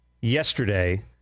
yesterday